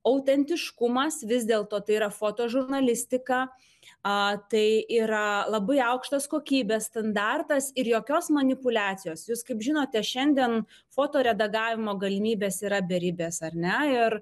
autentiškumas vis dėlto tai yra fotožurnalistika a tai yra labai aukštos kokybės standartas ir jokios manipuliacijos jus kaip žinote šiandien foto redagavimo galimybes yra beribės ar ne ir